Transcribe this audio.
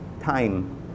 time